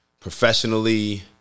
professionally